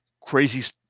crazy